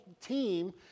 team